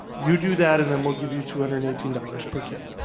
you do that and then we'll give you two hundred and eighteen dollars per kid.